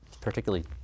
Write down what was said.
particularly